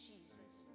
Jesus